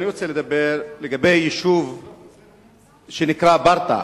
אני רוצה לדבר על יישוב שנקרא ברטעה.